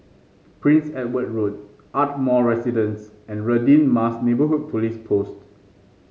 Prince Edward Road Ardmore Residence and Radin Mas Neighbourhood Police Post